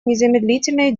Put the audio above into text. незамедлительные